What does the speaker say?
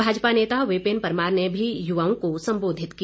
भाजपा नेता विपिन परमार ने भी युवाओं को संबोधित किया